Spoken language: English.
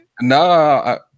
No